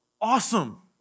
awesome